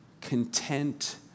content